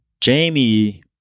jamie